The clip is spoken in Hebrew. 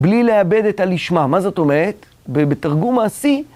בלי לאבד את הלשמה, מה זאת אומרת, בתרגום מעשי.